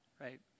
Right